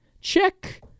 Check